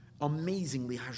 amazingly